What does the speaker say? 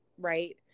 right